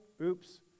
Oops